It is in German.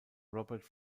robert